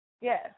Yes